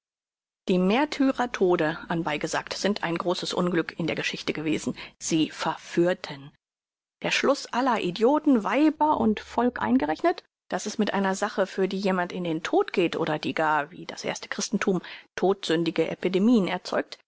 die märtyrer tode anbei gesagt sind ein großes unglück in der geschichte gewesen sie verführten der schluß aller idioten weib und voll eingerechnet daß es mit einer sache für die jemand in den tod geht oder die gar wie das erste christenthum todsüchtige epidemien erzeugt